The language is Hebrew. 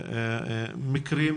מקרים